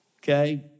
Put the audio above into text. okay